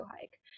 hike